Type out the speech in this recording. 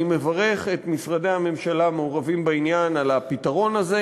אני מברך את משרדי הממשלה המעורבים בעניין על הפתרון הזה,